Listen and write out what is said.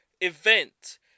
event